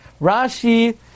Rashi